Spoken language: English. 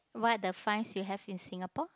what are the fines you have in Singapore